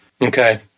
Okay